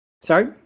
Sorry